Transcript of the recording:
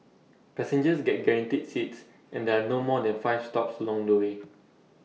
passengers get guaranteed seats and there are no more than five stops along the way